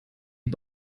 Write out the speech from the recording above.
die